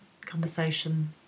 conversation